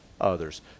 others